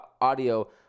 audio